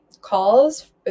calls